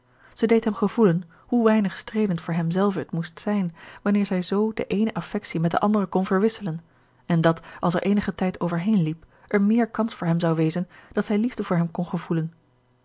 zij deed hem gevoelen hoe weinig streelend voor hem zelven het moest zijn wanneer zij zoo de eene affectie met de andere kon verwisselen en dat als er eenige tijd over heen liep er meer kans voor hem zou wezen dat zij liefde voor hem kon gevoelen